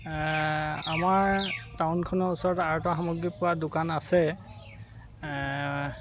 আমাৰ টাউনখনৰ ওচৰত আৰ্টৰ সামগ্ৰী পোৱা দোকান আছে এ